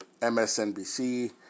MSNBC